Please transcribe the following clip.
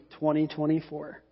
2024